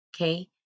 Okay